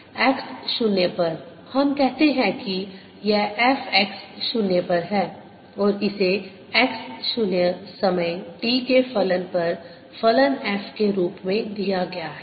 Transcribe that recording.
x 0 पर हम कहते हैं कि यह f x 0 पर है और इसे x 0 समय t के फलन पर फलन f के रूप में रूप में दिया गया है